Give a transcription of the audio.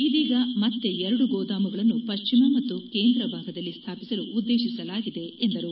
ಇದೀಗ ಮತ್ತೆ ಎರಡು ಗೋದಾಮುಗಳನ್ನು ಪಶ್ಚಿಮ ಮತ್ತು ಕೇಂದ್ರ ಭಾರತದಲ್ಲಿ ಸ್ವಾಪಿಸಲು ಉದ್ದೇಶಿಸಲಾಗಿದೆ ಎಂದರು